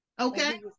Okay